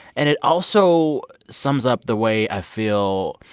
and it also sums up the way i feel